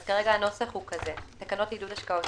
אז כרגע הנוסח הוא כזה: "תקנות לעידוד השקעות